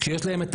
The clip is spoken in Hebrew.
כשיש להם את